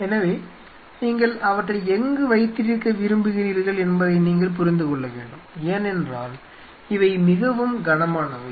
எனவே நீங்கள் அவற்றை எங்கு வைத்திருக்க விரும்புகிறீர்கள் என்பதை நீங்கள் புரிந்து கொள்ள வேண்டும் ஏனென்றால் இவை மிகவும் கனமானவை